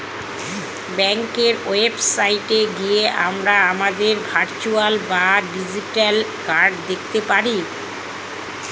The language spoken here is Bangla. ব্যাঙ্কের ওয়েবসাইটে গিয়ে আমরা আমাদের ভার্চুয়াল বা ডিজিটাল কার্ড দেখতে পারি